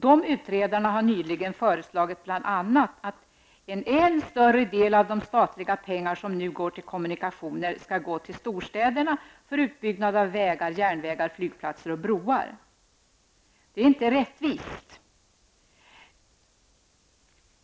De utredarna har nyligen föreslagit bl.a. att en än större del av de statliga pengar som nu går till kommunikationer skall gå till storstäderna för utbyggnad av vägar, järnvägar, flygplatser och broar. Det är inte rättvist.